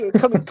come